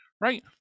right